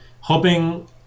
Hoping